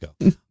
go